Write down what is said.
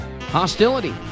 hostility